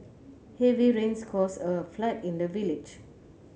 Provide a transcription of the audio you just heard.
heavy rains caused a flood in the village